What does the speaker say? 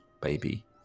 baby